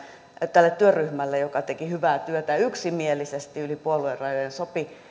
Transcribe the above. tälle työryhmälle joka teki hyvää työtä yksimielisesti yli puoluerajojen ja sopi